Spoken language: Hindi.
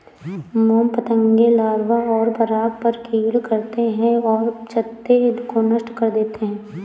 मोम पतंगे लार्वा और पराग पर फ़ीड करते हैं और छत्ते को नष्ट कर देते हैं